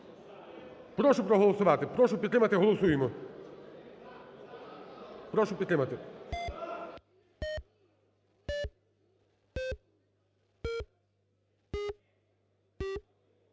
Прошу проголосувати, прошу підтримати. Голосуємо! Прошу підтримати.